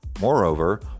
Moreover